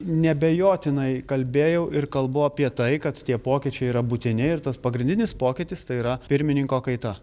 neabejotinai kalbėjau ir kalbu apie tai kad tie pokyčiai yra būtini ir tas pagrindinis pokytis tai yra pirmininko kaita